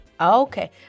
Okay